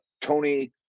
Tony